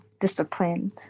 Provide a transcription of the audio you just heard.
disciplined